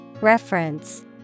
Reference